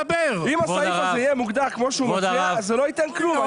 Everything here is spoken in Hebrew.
אם הסעיף הזה יהיה מוגדר כמו שהוא מציע אז זה לא ייתן כלום,